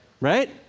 right